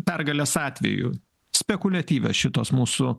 pergalės atveju spekuliatyvios šitos mūsų